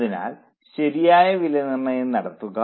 അതിനാൽ ശരിയായ വിലനിർണ്ണയം നടത്തുക